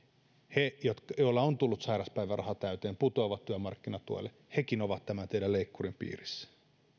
he joilla on tullut sairaspäiväraha täyteen putoavat työmarkkinatuelle hekin ovat tämän teidän leikkurin piirissä